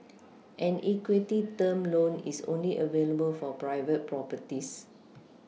an equity term loan is only available for private properties